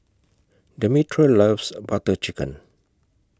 Demetra loves Butter Chicken